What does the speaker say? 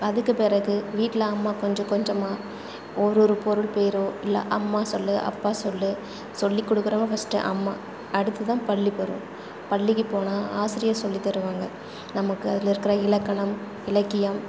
அதுக்கு பிறகு வீட்டில் அம்மா கொஞ்ச கொஞ்சமா ஒரு ஒரு பொருள் பேரோ இல்லை அம்மா சொல்லு அப்பா சொல்லு சொல்லிக் கொடுக்குறவ ஃபஸ்ட்டு அம்மா அடுத்துதான் பள்ளிப் பருவம் பள்ளிக்குப் போனால் ஆசிரியர் சொல்லித் தருவாங்க நமக்கு அதில் இருக்கிற இலக்கணம் இலக்கியம்